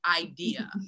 idea